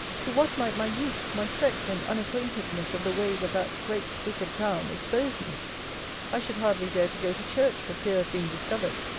to what might my youth, my sex, and unacquaintedness of the ways of that great, wicked town, expose me i should hardly dare to go to church for fear of being discovered.